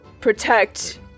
protect